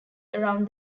around